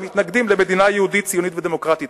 הם מתנגדים למדינה יהודית ציונית ודמוקרטית.